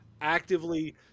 actively